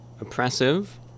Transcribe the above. oppressive